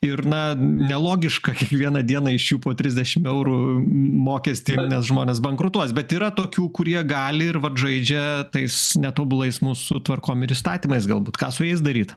ir na nelogiška kiekvieną dieną iš jų po trisdešimt eurų mokestį nes žmonės bankrutuos bet yra tokių kurie gali ir vat žaidžia tais netobulais mūsų tvarkom ir įstatymais galbūt ką su jais daryti